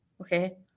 Okay